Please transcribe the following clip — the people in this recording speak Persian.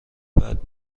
بعد